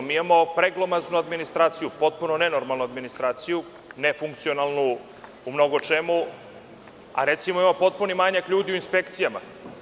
Mi imamo preglomaznu administraciju, potpuno nenormalnu administraciju, nefunkcionalnu u mnogo čemu, a recimo imamo potpuni manjak ljudi u inspekcijama.